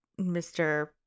Mr